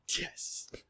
yes